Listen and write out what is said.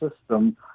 system